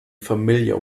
familiar